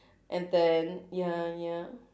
and then ya ya